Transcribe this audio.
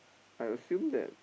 I assume that